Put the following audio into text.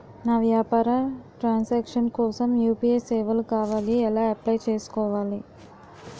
నా వ్యాపార transaction కోసం యు.పి.ఐ సేవలు కావాలి ఎలా అప్లయ్ చేసుకోవాలి?